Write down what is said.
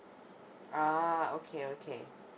uh okay okay